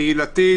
קהילתית,